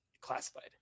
classified